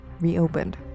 reopened